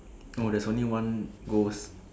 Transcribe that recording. oh there's only one ghost